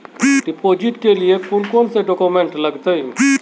Deposit के लिए कौन कौन से डॉक्यूमेंट लगते?